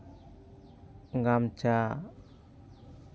ᱜᱟᱢᱪᱷᱟ